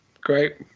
great